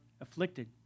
afflicted